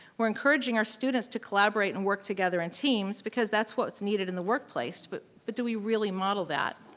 we're encouraging our students to collaborate and work together in teams because that's what's needed in the workplace but but do we really model that?